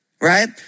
Right